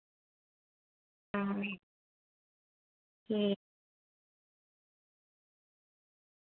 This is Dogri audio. हां ठीक